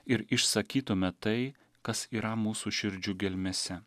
ir išsakytume tai kas yra mūsų širdžių gelmėse